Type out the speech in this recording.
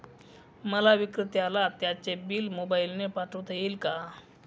मला विक्रेत्याला त्याचे बिल मोबाईलने पाठवता येईल का?